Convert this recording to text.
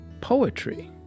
Poetry